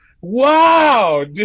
wow